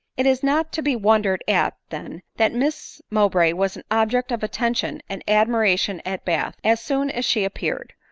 it is not to be wondered at, then, that miss mowbray was an object of attention and admiration at bath, as soon as she appeared,